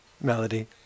Melody